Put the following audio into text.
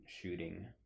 shooting